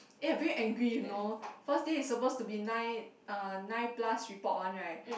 eh I very angry you know first day is suppose to be nine uh nine plus report one right